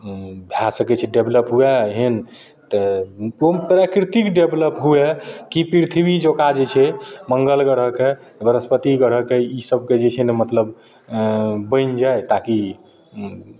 भए सकय छै डेवलप हुए एहन तऽ प्राकृतिक डेभलॉप हुए कि पृथ्वी जकाँ जे छै मङ्गल ग्रहके बृहस्पति ग्रहके ई सबके जे छै ने मतलब बनि जाइ ताकि